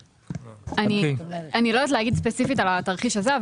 אני לא יודעת להגיד ספציפית על התרחיש הזה,